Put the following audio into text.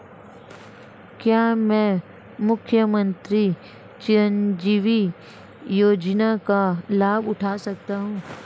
क्या मैं मुख्यमंत्री चिरंजीवी योजना का लाभ उठा सकता हूं?